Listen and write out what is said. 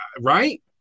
Right